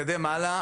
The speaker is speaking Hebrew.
נתקדם הלאה.